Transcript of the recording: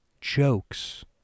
jokes